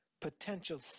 potential